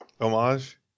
Homage